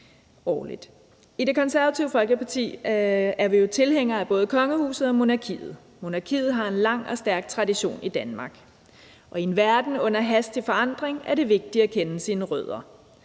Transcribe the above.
I Det Konservative Folkeparti er vi jo tilhængere af både kongehuset og monarkiet. Monarkiet har en lang og stærk tradition i Danmark, og i en verden, der er under hastig forandring, er det vigtigt at kende sine rødder.